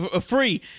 free